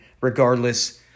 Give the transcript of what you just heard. regardless